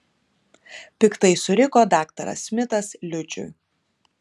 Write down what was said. piktai suriko daktaras smitas liudžiui